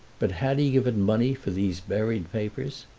but had he given money for these buried papers?